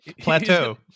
Plateau